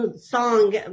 song